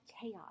chaos